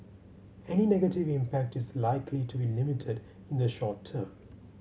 any negative impact is likely to be limited in the short term